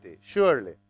surely